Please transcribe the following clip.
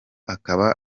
akaba